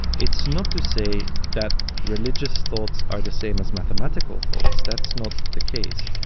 it's not to say that religious thoughts are the same as mathematical thoughts, that's not the case.